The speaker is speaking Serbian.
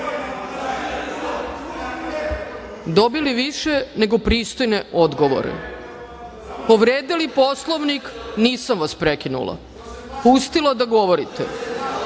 dobili više nego pristojne odgovore, povredili Poslovnik, nisam vas prekinula, pustila da govorite.